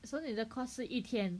so 你的 course 是一天